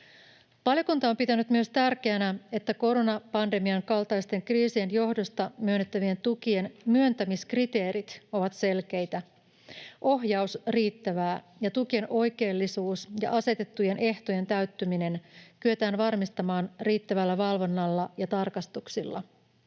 Valiokunta on pitänyt myös tärkeänä, että koronapandemian kaltaisten kriisien johdosta myönnettävien tukien myöntämiskriteerit ovat selkeitä, ohjaus riittävää ja tukien oikeellisuus ja asetettujen ehtojen täyttyminen kyetään varmistamaan riittävällä valvonnalla ja tarkastuksilla.